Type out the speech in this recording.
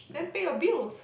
then pay your bills